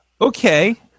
Okay